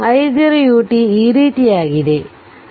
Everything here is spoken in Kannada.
i0 ut ಈ ರೀತಿಯಾಗಿದೆ ಸರಿ